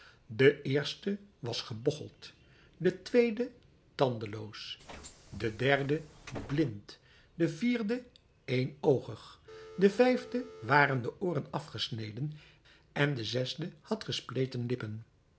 de eerste was gebogcheld de tweede tandeloos de derde blind de vierde éénoogig den vijfde waren de ooren afgesneden en de zesde had gespleten lippen